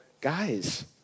guys